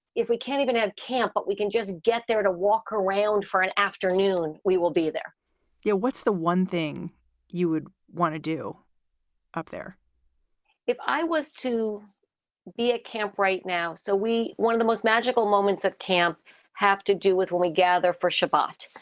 if we can't even have camp, but we can just get there to walk around for an afternoon. we will be there yeah what's the one thing you would want to do up there if i was to be at camp right now? so we one of the most magical moments of camp have to do with when we gather for shabbat.